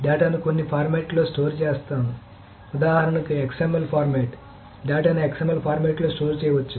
డేటాను కొన్ని ఫార్మాట్లలో స్టోర్ చేయవచ్చు ఉదాహరణకు XML ఫార్మాట్ డేటాను XML ఫార్మాట్లో స్టోర్ చేయవచ్చు